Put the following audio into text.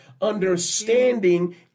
Understanding